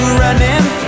running